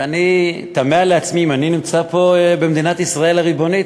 ואני תמה לעצמי אם אני נמצא פה במדינת ישראל הריבונית.